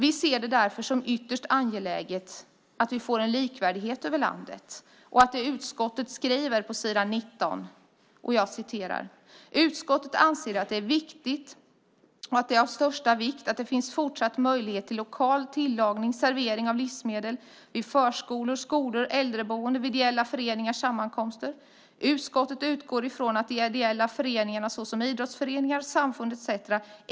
Vi ser det därför som ytterst angeläget att vi får en likvärdighet över landet. På s. 19 skriver utskottet: "Utskottet anser att det är av största vikt att det finns fortsatt möjlighet till lokal tillagning och servering av livsmedel, t.ex. vid förskolor, skolor, äldreboenden och vid ideella föreningars sammankomster. Utskottet utgår ifrån att de ideella föreningarna, såsom idrottsföreningar, samfund etc.